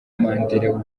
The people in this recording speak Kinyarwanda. mandela